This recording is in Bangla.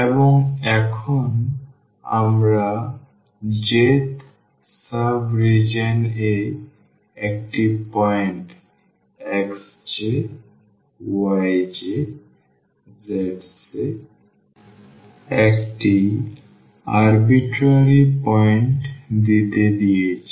এবং এখন আমরা j'th সাব রিজিওন এ একটি পয়েন্ট xjyjzj একটি স্বেচ্ছাচারী পয়েন্ট দিতে দিয়েছি